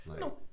No